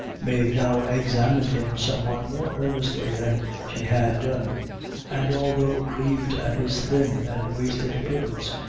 mave now examined him somewhat more earnestly than she had done and although grieved at his thin and wasted appearance,